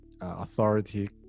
authority